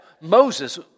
Moses